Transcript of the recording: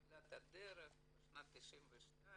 בתחילת הדרך בשנת 1992,